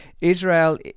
Israel